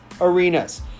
arenas